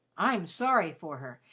i'm sorry for her,